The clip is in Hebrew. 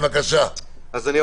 בבקשה לדבר.